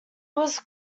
was